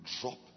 drop